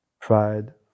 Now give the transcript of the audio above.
pride